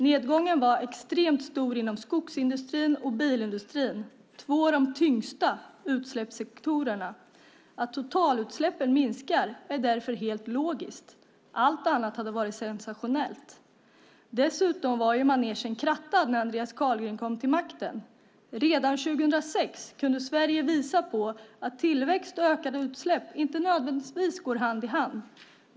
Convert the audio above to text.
Nedgången var extremt stor inom skogsindustrin och bilindustrin. Det är två av de tyngsta utsläppssektorerna. Att totalutsläppen minskar är därför helt logiskt. Allt annat hade varit sensationellt. Dessutom var ju manegen krattad när Andreas Carlgren kom till makten. Redan 2006 kunde Sverige visa att tillväxt och ökade utsläpp inte nödvändigtvis går hand i hand.